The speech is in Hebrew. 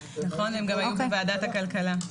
הם גם היו בוועדת הכלכלה.